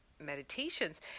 meditations